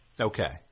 Okay